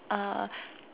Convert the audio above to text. uh